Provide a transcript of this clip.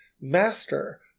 master